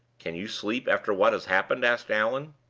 can you sleep after what has happened? asked allan.